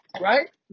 Right